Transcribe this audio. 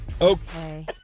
Okay